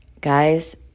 Guys